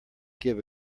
give